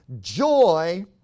Joy